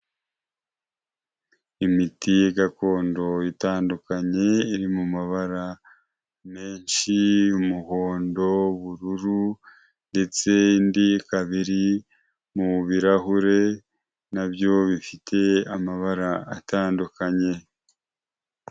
Imiti gakondo itandukanye, iri mu mabara menshi umuhondo, ubururu ndetse indi ikaba iri mu birarahure na byo bifite amabara atandukanye.